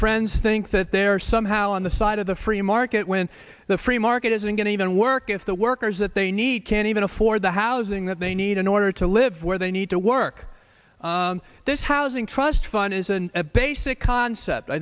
friends think that they are somehow on the side of the free market when the free market isn't going to even work if the workers that they need can't even afford the housing that they need in order to live where they need to work this housing trust fund isn't a basic concept i